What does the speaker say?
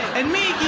and me,